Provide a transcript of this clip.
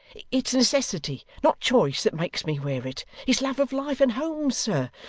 it's necessity, not choice, that makes me wear it it's love of life and home, sir.